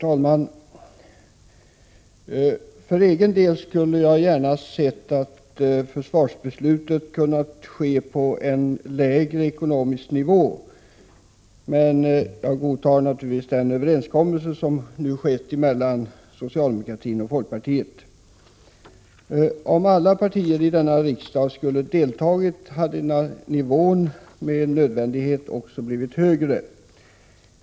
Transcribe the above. Herr talman! Jag skulle för egen del gärna ha sett att försvarsbeslutet legat på en lägre ekonomisk nivå, men jag godtar naturligtvis den överenskommelse som har gjorts mellan socialdemokraterna och folkpartiet. Om alla partier i denna riksdag skulle ha varit eniga om beslutet hade nivån med nödvändighet också blivit högre.